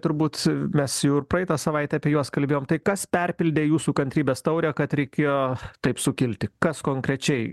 turbūt mes jau ir praeitą savaitę apie juos kalbėjom tai kas perpildė jūsų kantrybės taurę kad reikėjo taip sukilti kas konkrečiai